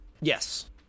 Yes